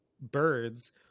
birds